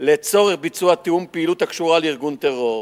לצורך ביצוע תיאום פעילות הקשורה לארגון טרור.